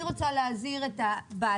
קודם כול אני רוצה להזהיר לגבי העתיד.